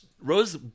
Rose